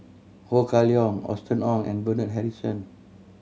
Ho Kah Leong Austen Ong and Bernard Harrison